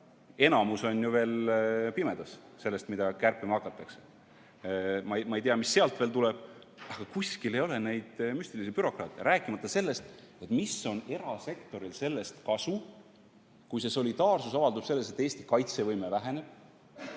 on ju veel pimeduses. Me ei tea, mis sealt veel tuleb. Kuskil ei ole neid müstilisi bürokraate, rääkimata sellest, mis on erasektoril sellest kasu, kui see solidaarsus avaldub selles, et Eesti kaitsevõime väheneb,